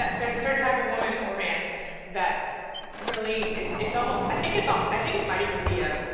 there's a certain type of woman or man that really. it's it's almost. i think it's. um i think it might even be a.